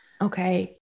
okay